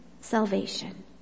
salvation